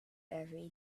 every